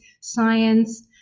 science